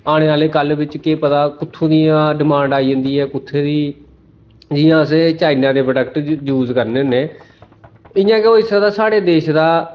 औने आह्ले कल्ल बिच्च केह् पता कुत्थूं दियां डिमांड आई जंदी ऐ कुत्थूं दी जि'यां अस चाइना दे प्रोडक्ट यूज करने होन्ने इ'यां गै होई सकदा साढ़े देश दा